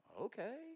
Okay